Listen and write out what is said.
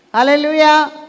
Hallelujah